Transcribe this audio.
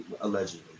allegedly